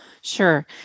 Sure